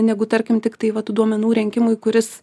negu tarkim tiktai vat tų duomenų rinkimui kuris